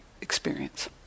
experience